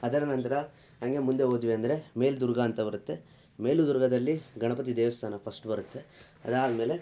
ಅದರ ನಂತರ ಹಂಗೆ ಮುಂದೆ ಹೋದ್ವಿ ಅಂದರೆ ಮೇಲೆ ದುರ್ಗ ಅಂತ ಬರುತ್ತೆ ಮೇಲು ದುರ್ಗದಲ್ಲಿ ಗಣಪತಿ ದೇವಸ್ಥಾನ ಫಷ್ಟ್ ಬರುತ್ತೆ ಅದಾದ್ಮೇಲೆ